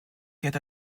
get